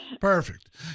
Perfect